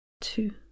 two